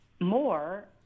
more